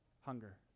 hunger